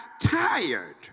tired